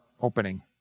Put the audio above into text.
opening